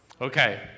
Okay